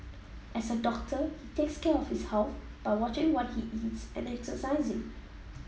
as a doctor he takes care of his health by watching what he eats and exercising